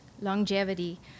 longevity